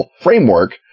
framework